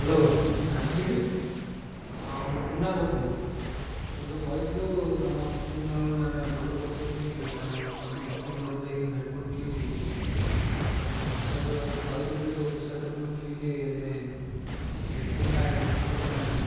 hello ରାଜେଶକିରେ ମୁଁ କୁନା କହୁଥିଲି ତୁ ଯୋଉ କହିଥିଲୁ ତମ ସପିଂ ମଲ୍ ମାନେ ଭଲ ପଡ଼ୁଛି ବୋଲି ତାହଲ ତମ ସପିଂ ମଲ୍ରୁ ଯାଇକିରି ମୁଁ ହେଡ଼୍ଫୋନ୍ କିଣିଲି କିନ୍ତୁ ତୁ ବିଶ୍ୱାସ ତୁ କହିଥିଲୁ ବୋଲିି ତୋ ବିଶ୍ୱାସରେ ମୁଁ କିଣିଲି ହେଲେ ହେଡ଼୍ଫୋନ୍ଟା କିଛି ଭଲ ପଡ଼ିଲାନିରେ